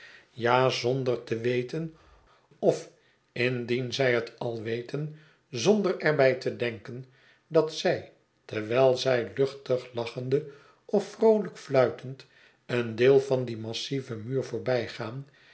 ja zonder te weten of indien zij het al weten zonder er by te denken dat zy terwijl zij luchtig lachende of vroolijk fluitend een deel van dien massieven muur